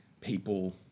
people